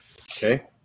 Okay